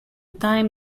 time